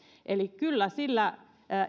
kyllä sillä